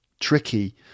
tricky